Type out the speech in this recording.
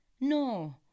No